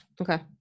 Okay